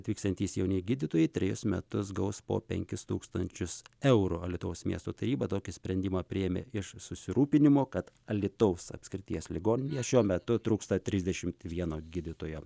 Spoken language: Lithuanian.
atvyksiantys jauni gydytojai trejus metus gaus po penkis tūkstančius eurų alytaus miesto taryba tokį sprendimą priėmė iš susirūpinimo kad alytaus apskrities ligoninėje šiuo metu trūksta trisdešimt vieno gydytojo